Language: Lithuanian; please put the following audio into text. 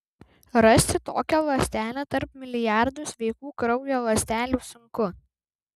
rasti tokią ląstelę tarp milijardų sveikų kraujo ląstelių sunku